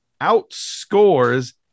outscores